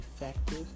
effective